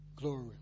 Glory